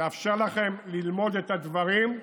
לאפשר לכם ללמוד את הדברים,